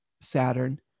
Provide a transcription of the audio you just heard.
Saturn